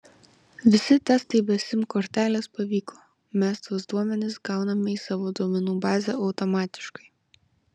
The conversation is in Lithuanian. visi testai be sim kortelės pavyko mes tuos duomenis gauname į savo duomenų bazę automatiškai